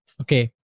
Okay